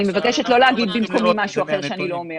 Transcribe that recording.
מבקשת לא להגיד במקומי משהו אחר שאני לא אומרת.